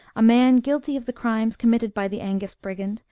a man guilty of the crimes committed by the angus brigand,